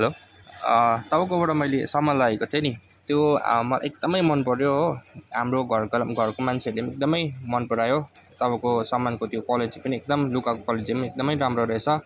hello तपाईँकोबाट मैले सामान लगेको थिएँ नि त्यो एकदमै मन पऱ्यो हो हाम्रो घर घरको मान्छेहरूले पनि एकदमै मन परायो तपाईँको सामानको त्यो क्वालिटी पनि एकदम लुगाको क्वालिटी पनि एकदमै राम्रो रहेछ